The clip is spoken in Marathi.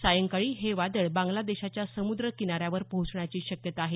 सायंकाळी हे वादळ बांगला देशाच्या समुद्र किनाऱ्यावर पोहोचण्याची शक्यता आहे